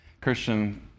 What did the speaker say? Christian